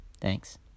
Thanks